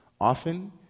often